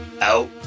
Out